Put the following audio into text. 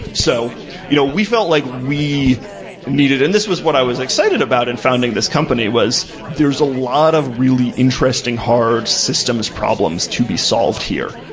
so you know we felt like we needed and this was what i was excited about and founding this company was there's a lot of really interesting hard systems problems to be solved here,